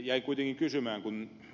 jäin kuitenkin kysymään kun ed